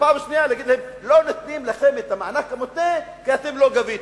ופעם שנייה להגיד להם: לא נותנים לכם את המענק המותנה כי אתם לא גביתם.